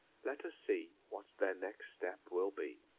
let us see what their next step will be.